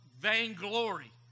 vainglory